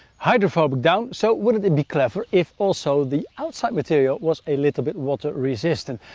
hydrophobic down, so wouldn't it be clever if also the outside material was a little bit water resistant?